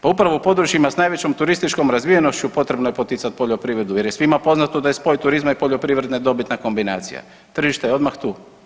Pa upravo u područjima s najvećom turističkom razvijenošću, potrebno je poticati poljoprivredu jer je svima poznato da je spoj turizma i poljoprivredne dobitna kombinacije, tržište je odmah tu.